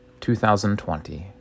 2020